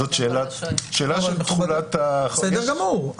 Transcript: זו שאלה של תחולת --- בסדר גמור.